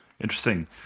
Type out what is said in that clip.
interesting